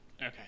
Okay